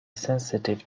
sensitive